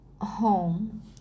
home